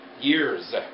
years